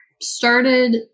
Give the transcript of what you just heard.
started